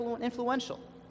influential